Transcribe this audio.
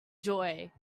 joy